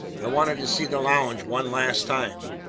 i wanted to see the lounge one last time.